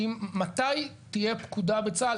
מתי תהיה פקודה בצה"ל,